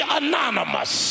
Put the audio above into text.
anonymous